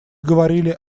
говорили